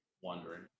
wondering